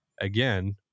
again